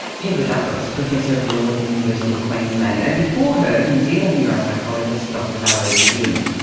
heather douglas, professor of law at the university of queensland, and before her new zealand neuropsychologist dr valerie mcginn.